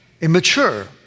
immature